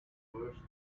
worth